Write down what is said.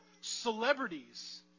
celebrities